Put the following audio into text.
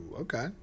okay